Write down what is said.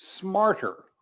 smarter